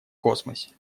космосе